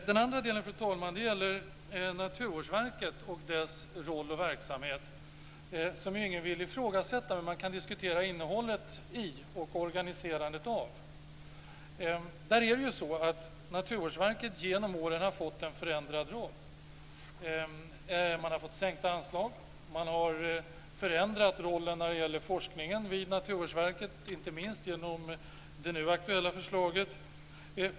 Den andra delen, fru talman, gäller Naturvårdsverket och dess roll och verksamhet, som ingen vill ifrågasätta men vars innehåll och organisation man kan diskutera. Naturvårdsverket har genom åren fått en förändrad roll. Man har fått sänkta anslag. Man har förändrat sin roll när det gäller forskningen, inte minst genom det nu aktuella förslaget.